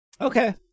Okay